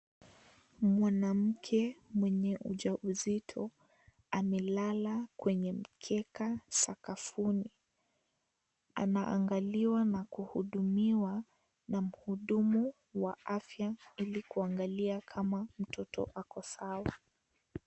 Mwanamke mwenye uja uzito amelala kwenye mkeka sakafuni. Anaangaliwa na kuhudumiwa na muhudumu wa afia ili kwangalia kama mtoto ako sawa.